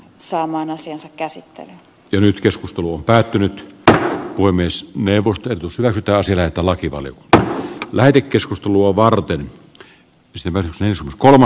saman asian käsittely jo nyt keskustelu on päättynyt tätä voi myös new ordertusmertaselle että laki valittaa lähetekeskustelua varten saamaan asiansa käsittelyyn